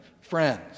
friends